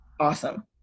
Awesome